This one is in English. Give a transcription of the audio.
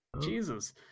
Jesus